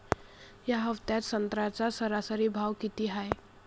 या हफ्त्यात संत्र्याचा सरासरी भाव किती हाये?